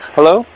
Hello